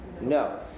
No